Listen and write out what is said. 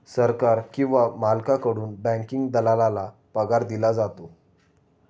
सरकार किंवा मालकाकडून बँकिंग दलालाला पगार दिला जातो